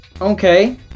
Okay